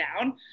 down